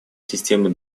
системы